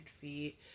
feet